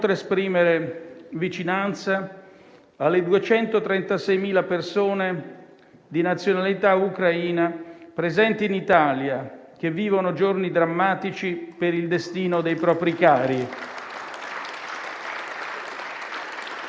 esprimere vicinanza alle 236.000 persone di nazionalità ucraina presenti in Italia, che vivono giorni drammatici per il destino dei propri cari.